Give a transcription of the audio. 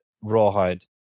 rawhide